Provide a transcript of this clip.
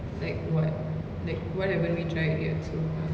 like what like what haven't we tried yet so far